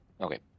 Okay